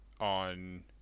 on